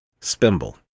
Spimble